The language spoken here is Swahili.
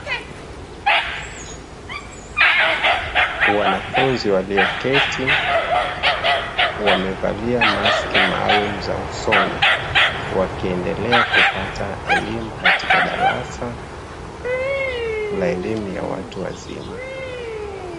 Wanafunzi walioketi wamevaa maski maalum za usoni, wakiendelea kupata elimu katika darasa la elimu ya watu wazima.